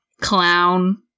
clown-